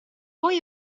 voi